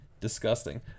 Disgusting